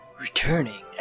returning